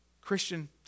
Christian